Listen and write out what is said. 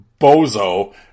Bozo